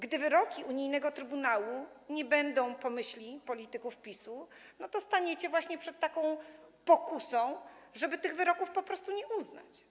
Gdy wyroki unijnego Trybunału nie będą po myśli polityków PiS-u, to staniecie właśnie przed taką pokusą, żeby tych wyroków po prostu nie uznać.